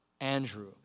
Andrew